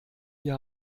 ihr